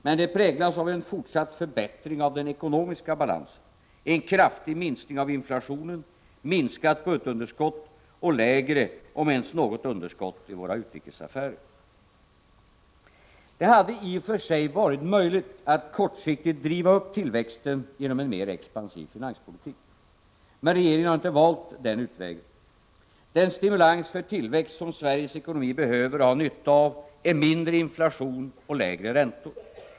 Men det präglas av en fortsatt förbättring av den ekonomiska balansen: en kraftig minskning av inflationen, minskat budgetunderskott och lägre, om ens något underskott i våra utrikesaffärer. Det hade i och för sig varit möjligt att kortsiktigt driva upp tillväxten genom en mer expansiv finanspolitik. Men regeringen har inte valt denna utväg. Den stimulans för tillväxt som Sveriges ekonomi behöver och har nytta av är mindre inflation och lägre räntor.